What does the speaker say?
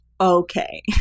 Okay